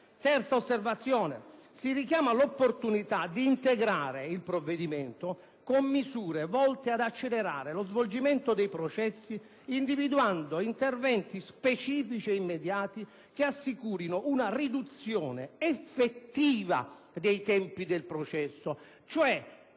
Terza osservazione: «si richiama (...) l'opportunità di integrare il provvedimento con misure volte ad accelerare lo svolgimento dei processi, individuando interventi specifici e immediati che assicurino una riduzione» effettiva dei tempi del processo.